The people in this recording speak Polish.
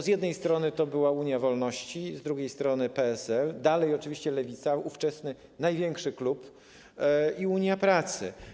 Z jednej strony była Unia Wolności, z drugiej strony był PSL, dalej była oczywiście Lewica, ówczesny największy klub, i Unia Pracy.